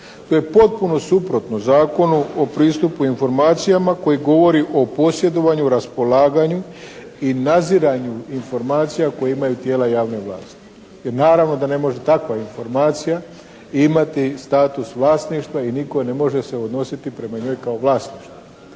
To je potpuno suprotno Zakonu o pristupu informacijama koji govori o posjedovanju, raspolaganju i nadziranju informacija koje imaju tijela javne vlasti. Jer naravno da ne može takva informacija imati status vlasništva i nitko ne može se odnositi prema njoj kao vlasništvu.